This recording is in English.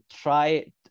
try